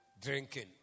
Drinking